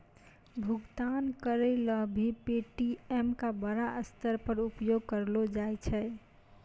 भुगतान करय ल भी पे.टी.एम का बड़ा स्तर पर उपयोग करलो जाय छै